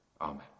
Amen